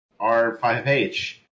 R5H